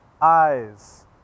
eyes